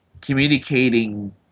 communicating